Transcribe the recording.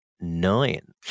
Nine